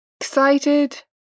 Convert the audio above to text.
excited